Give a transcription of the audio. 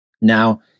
now